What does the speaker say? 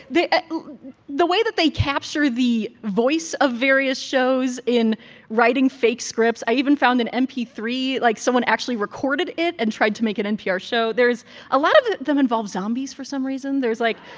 ah the way that they capture the voice of various shows in writing fake scripts. i even found an m p three. like, someone actually recorded it and tried to make an npr show. there's a lot of them involve zombies for some reason. there's, like,